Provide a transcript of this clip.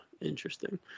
Interesting